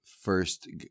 first